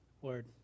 word